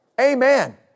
Amen